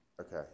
Okay